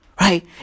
Right